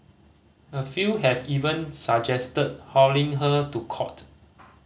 a few have even suggested hauling her to court